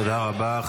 תודה רבה.